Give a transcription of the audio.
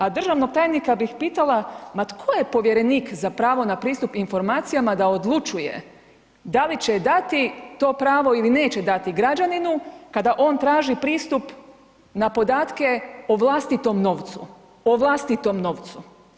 A državnog tajnika bih pitala, ma tko je povjerenik zapravo na pristup informacijama da odlučuje da li će dati to pravo ili neće dati građaninu kada on traži pristup na podatke o vlastitom novcu, o vlastitom novcu?